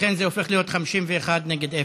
לכן זה הופך להיות 51 נגד אפס.